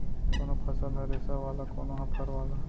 कोनो फसल ह रेसा वाला, कोनो ह फर वाला